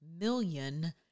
million